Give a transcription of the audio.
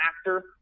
actor